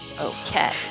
Okay